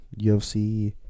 UFC